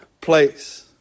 place